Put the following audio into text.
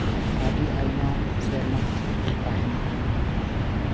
ᱟ ᱰᱤ ᱟᱭᱢᱟ ᱥᱮᱨᱢᱟ ᱛᱟᱦᱮᱱᱟ